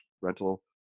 rental